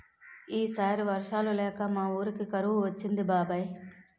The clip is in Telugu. ఈ సారి వర్షాలు లేక మా వూరికి కరువు వచ్చింది బాబాయ్